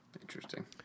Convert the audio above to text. Interesting